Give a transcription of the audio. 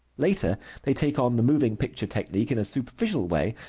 later they take on the moving picture technique in a superficial way,